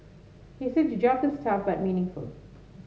he said the job is tough but meaningful